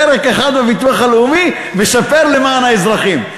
פרק אחד בביטוח הלאומי משפר למען האזרחים.